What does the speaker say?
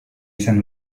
izan